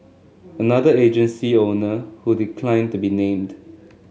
another agency owner who declined to be named